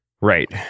Right